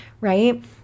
right